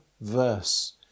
verse